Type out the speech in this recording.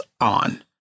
on